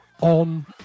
on